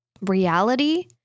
reality